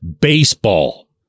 baseball